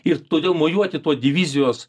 ir toliau mojuoti tuo divizijos